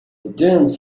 dunes